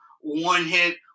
one-hit